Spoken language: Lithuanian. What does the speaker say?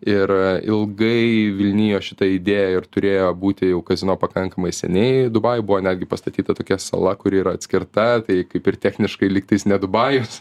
ir ilgai vilnijo šita idėja ir turėjo būti jau kazino pakankamai seniai dubajuj buvo netgi pastatyta tokia sala kuri yra atskirta tai kaip ir techniškai lyktais ne dubajus